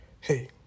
Hey